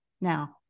Now